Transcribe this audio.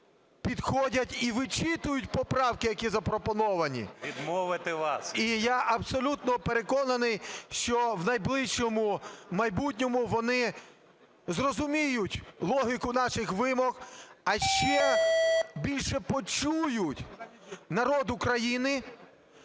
підходять і вичитують поправки, які запропоновані. І я абсолютно переконаний, що в найближчому майбутньому вони зрозуміють логіку наших вимог, а ще більше – почують народ України.